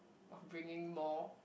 of bringing more